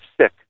sick